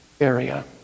area